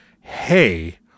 hey